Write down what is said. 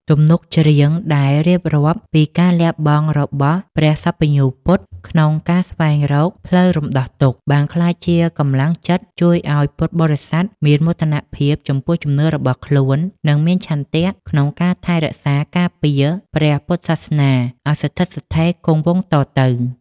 ទំនុកច្រៀងដែលរៀបរាប់ពីការលះបង់របស់ព្រះសព្វញ្ញូពុទ្ធក្នុងការស្វែងរកផ្លូវរំដោះទុក្ខ បានក្លាយជាកម្លាំងចិត្តជួយឱ្យពុទ្ធបរិស័ទមានមោទនភាពចំពោះជំនឿរបស់ខ្លួន និងមានឆន្ទៈក្នុងការថែរក្សាការពារព្រះពុទ្ធសាសនាឱ្យស្ថិតស្ថេរគង់វង្សតទៅ។